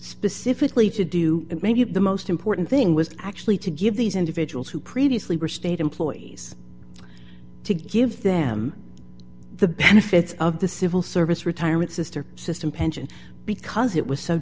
specifically to do and maybe the most important thing was actually to give these individuals who previously were state employees to give them the benefits of the civil service retirement sr system pension because it was so